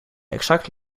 exact